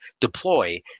deploy